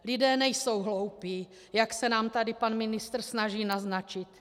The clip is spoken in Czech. Lidé nejsou hloupí, jak se nám tady pan ministr snaží naznačit.